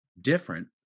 different